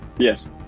Yes